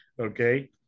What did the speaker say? Okay